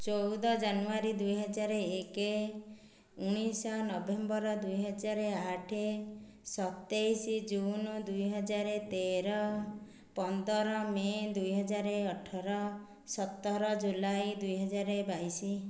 ଚଉଦ ଜାନୁଆରୀ ଦୁଇ ହଜାର ଏକ ଉଣେଇଶହ ନଭେମ୍ୱର ଦୁଇ ହଜାର ଆଠ ସତେଇଶ ଜୁନ ଦୁଇ ହଜାର ତେର ପନ୍ଦର ମେ ଦୁଇ ହଜାର ଅଠର ସତର ଜୁଲାଇ ଦୁଇ ହଜାର ବାଇଶ